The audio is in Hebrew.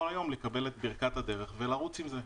היום לקבל את ברכת הדרך ולרוץ עם זה.